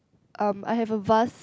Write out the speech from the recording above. um I have a vase